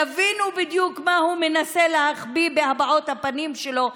תבינו בדיוק מה הוא מנסה להחביא בהבעות הפנים שלו,